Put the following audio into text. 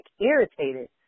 irritated